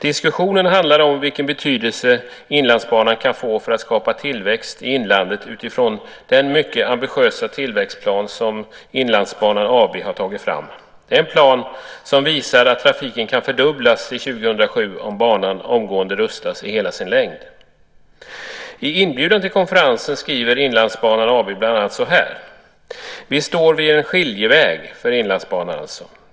Diskussionen handlar om vilken betydelse Inlandsbanan kan få för att skapa tillväxt i inlandet utifrån den mycket ambitiösa tillväxtplan som Inlandsbanan AB har tagit fram. Det är en plan som visar att trafiken kan fördubblas till 2007 om banan omgående rustas i hela sin längd. I inbjudan till konferensen skriver Inlandsbanan AB bland annat så här: Vi står vid en skiljeväg för Inlandsbanan.